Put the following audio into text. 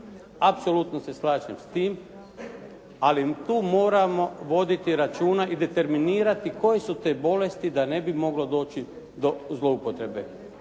Apsolutno se slažem s tim ali tu moramo voditi računa i determinirati koje su to bolesti da ne bi moglo doći do zloupotrebe.